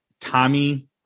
Tommy